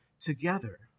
together